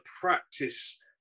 practice